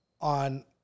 on